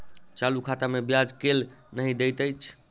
चालू खाता मे ब्याज केल नहि दैत अछि